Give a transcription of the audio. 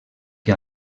que